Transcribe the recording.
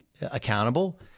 accountable